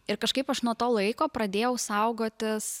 ir kažkaip aš nuo to laiko pradėjau saugotis